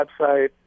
website